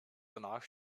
danach